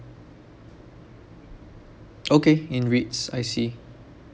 okay in REITS I see